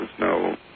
no